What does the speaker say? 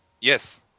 Yes